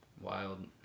wild